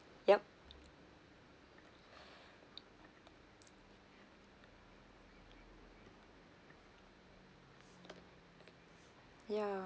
yup ya